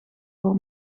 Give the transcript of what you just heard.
voor